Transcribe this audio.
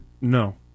No